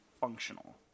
functional